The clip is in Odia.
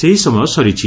ସେହି ସମୟ ସରିଛି